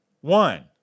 One